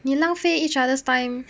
你浪费 each other's time